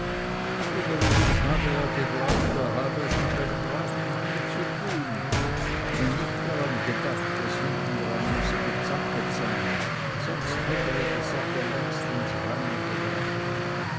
übrigens habe er geglaubt er habe es mit einem braven manne zu tun und nicht daran gedacht daß hintendrein müsse gezankt sein sonst hätte er die sache längst ins reine gebracht